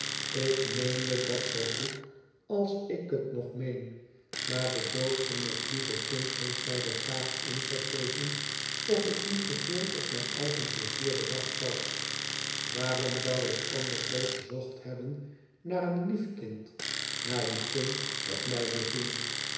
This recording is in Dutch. ik meende dat zoo goed als ik het nog meen maar de dood van het lieve kind heeft mij de vraag ingegeven of ik niet te veel op mijn eigen pleizier bedacht was waarom zou ik anders zoo gezocht hebben naar een lief kind naar een kind dat mij beviel